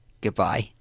Goodbye